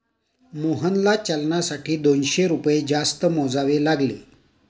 मोहनला चलनासाठी दोनशे रुपये जास्त मोजावे लागले